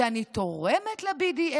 שאני תורמת ל-BDS.